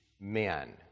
men